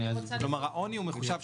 העוני מחושב,